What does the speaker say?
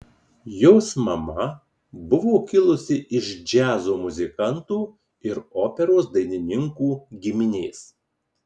jos mama buvo kilusi iš džiazo muzikantų ir operos dainininkų giminės